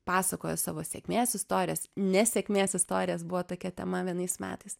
pasakojo savo sėkmės istorijas nesėkmės istorijas buvo tokia tema vienais metais